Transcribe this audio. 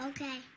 Okay